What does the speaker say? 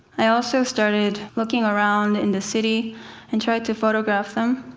i also started looking around in the city and trying to photograph them.